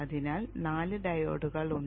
അതിനുള്ളിൽ നാല് ഡയോഡുകൾ ഉണ്ട്